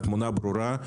התמונה ברורה,